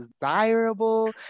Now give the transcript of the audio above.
desirable